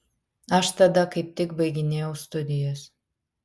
aš tada kaip tik baiginėjau studijas